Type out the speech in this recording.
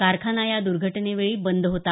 कारखाना या द्र्घटनेवेळी बंद होता